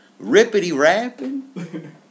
rippity-rapping